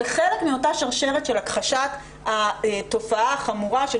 זה חלק מאותה שרשרת של הכחשת התופעה החמורה של